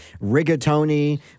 rigatoni